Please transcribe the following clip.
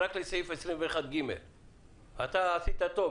אז רק לסעיף 21ג. אתה עשית טוב,